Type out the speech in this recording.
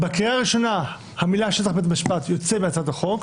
אז אולי כדאי להוסיף את הנוסח המקורי של הצעת החוק,